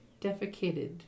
defecated